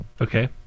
Okay